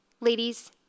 Ladies